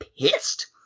pissed